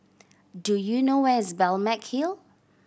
do you know where is Balmeg Hill